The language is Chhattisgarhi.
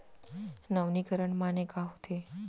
नवीनीकरण माने का होथे?